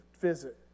visit